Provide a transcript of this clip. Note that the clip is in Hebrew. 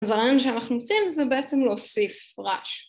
אז הרעיון שאנחנו מציעים זה בעצם להוסיף רעש